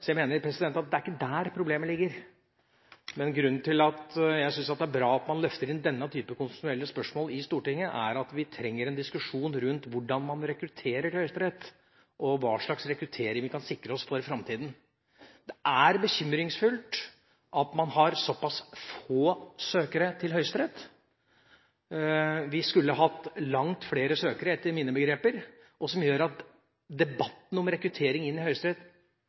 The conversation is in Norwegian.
Så jeg mener at det ikke er der problemet ligger. Men grunnen til at jeg syns det er bra at man løfter inn denne typen konstitusjonelle spørsmål i Stortinget, er at vi trenger en diskusjon rundt hvordan man rekrutterer til Høyesterett, og hva slags rekruttering vi kan sikre oss for framtida. Det er bekymringsfullt at man har så pass få søkere til Høyesterett. Vi skulle etter mine begreper hatt langt flere søkere. Debatten om rekruttering til Høyesterett bør først og fremst handle om hva slags bredde vi skal ha i